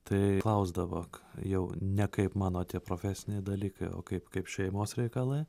tai klausdavo ką jau ne kaip mano tie profesiniai dalykai o kaip kaip šeimos reikalai